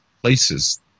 places